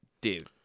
dude